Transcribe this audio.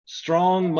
strong